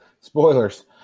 Spoilers